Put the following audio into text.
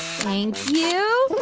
thank you.